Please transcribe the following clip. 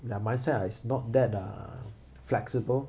the mindset ah is not that uh flexible